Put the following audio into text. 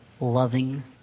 loving